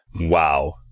Wow